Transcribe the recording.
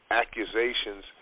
accusations